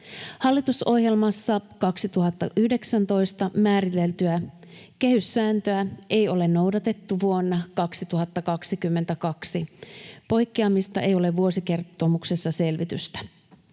Hallitusohjelmassa 2019 määriteltyä kehyssääntöä ei ole noudatettu vuonna 2022. Poikkeamista ei ole vuosikertomuksessa selvitystä.